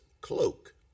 cloak